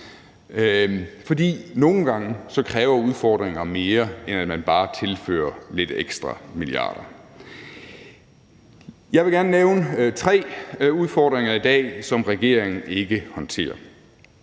for nogle gange kræver udfordringer mere, end at man bare tilfører lidt ekstra milliarder kroner. Jeg vil gerne nævne tre udfordringer i dag, som regeringen ikke håndterer.